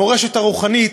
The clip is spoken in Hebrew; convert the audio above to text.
המורשת הרוחנית,